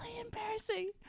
embarrassing